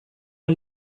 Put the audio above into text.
mal